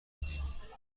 بودیم